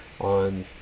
on